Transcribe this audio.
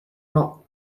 not